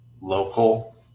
local